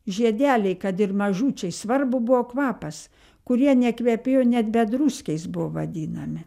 žiedeliai kad ir mažučiai svarbu buvo kvapas kurie nekvepėjo net bedruskiais buvo vadinami